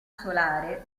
solare